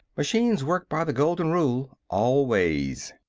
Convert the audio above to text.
machines work by the golden rule. always!